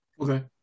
Okay